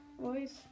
voice